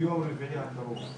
ביום רביעי הקרוב.